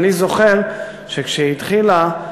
ואני זוכר שכשהיא התחילה,